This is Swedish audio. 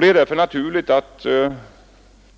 Det är därför naturligt att